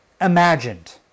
imagined